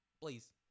Please